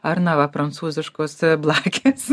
ar na va prancūziškos blakės